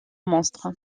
monstre